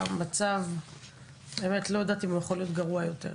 המצב יכול להיות גרוע יותר,